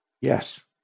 Yes